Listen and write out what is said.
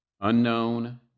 unknown